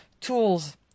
tools